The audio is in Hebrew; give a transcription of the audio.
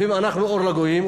לפעמים אנחנו אור לגויים.